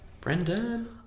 Brendan